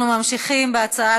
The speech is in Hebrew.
אנחנו ממשיכים בהצעה